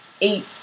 eight